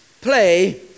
play